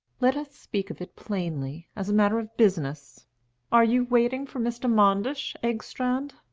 let us speak of it plainly, as a matter of business are you waiting for mr. manders, engstrand?